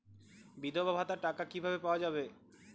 বিধবা ভাতার টাকা কিভাবে পাওয়া যাবে?